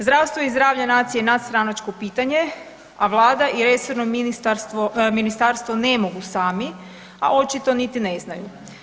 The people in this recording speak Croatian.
Zdravstvo i zdravlje nacije je nadstranačko pitanje, a Vlada i resorno ministarstvo ne mogu sami, a očito niti ne znaju.